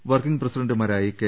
working പ്രസിഡന്റുമാരായി K